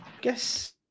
guess